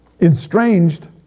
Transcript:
estranged